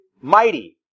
mighty